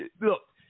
Look